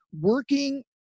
working